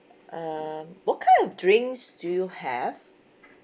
uh what kind of drinks do you have